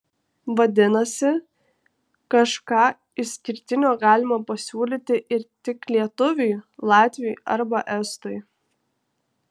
vadinasi kažką išskirtinio galima pasiūlyti ir tik lietuviui latviui arba estui